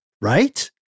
right